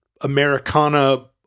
Americana